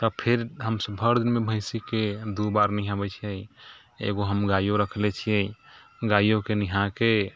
तब फेर हमसब भरि दिनमे भैँसीके दू बार नहबै छिए एगो हम गाइओ रखले छिए गाइओके नहाके